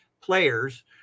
players